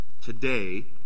Today